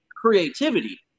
creativity